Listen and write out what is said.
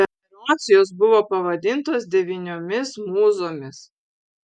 berods jos buvo pavadintos devyniomis mūzomis